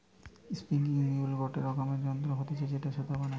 spinning mule গটে রকমের যন্ত্র হতিছে যেটায় সুতা বানায়